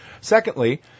Secondly